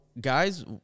guys –